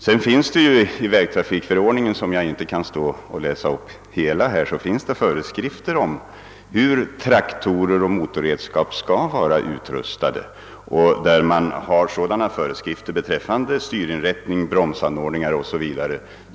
Vidare vill jag säga att det i vägtrafikförordningen — som jag inte här kan läsa upp i dess helhet — finns föreskrifter om hur traktorer och motorredskap skall vara utrustade när det gäller styrinrättning, bromsanordningar o.s.v.